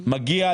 אגב,